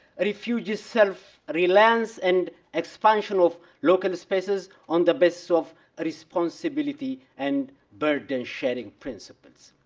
refugees self-reliance and expansion of local spaces on the basis of responsibility and burden sharing principles.